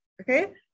Okay